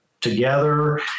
together